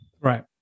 right